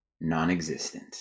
non-existent